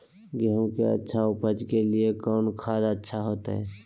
गेंहू के अच्छा ऊपज के लिए कौन खाद अच्छा हाय?